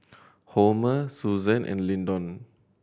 Homer Susan and Lyndon